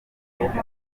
urumuri